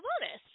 bonus